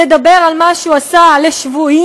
לדבר על מה שהוא עשה לשבויים,